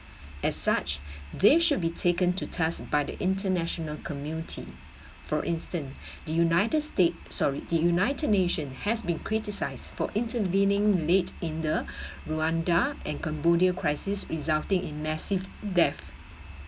as such they should be taken to test by the international community for instance the united state sorry united nation has been criticized for intervening late in the rwanda and cambodia crisis resulting in massive death